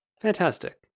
Fantastic